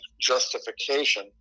justification